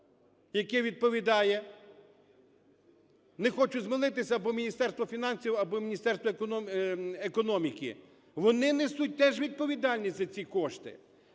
яке відповідає? Не хочу змилитися, або Міністерство фінансів, або Міністерство економіки, вони несуть теж відповідальність за ці кошти.